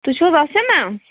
تُہۍ چھُو حظ آسیا مَیٚم